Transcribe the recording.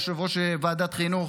יושב-ראש ועדת חינוך.